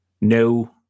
No